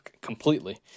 completely